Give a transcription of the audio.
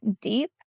deep